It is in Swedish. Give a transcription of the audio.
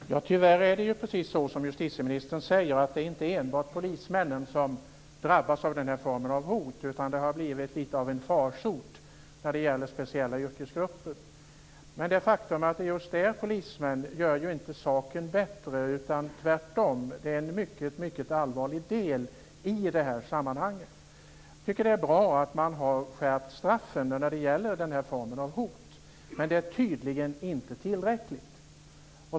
Fru talman! Tyvärr är det precis så som justitieministern säger: Det är inte enbart polismän som drabbas av den här formen av hot, utan det har blivit litet av en farsot när det gäller speciella yrkesgrupper. Men det faktum att det just är polismän gör ju inte saken bättre. Tvärtom är det en mycket allvarlig del i det här sammanhanget. Jag tycker att det är bra att man har skärpt straffen när det gäller den här formen av hot, men det är tydligen inte tillräckligt.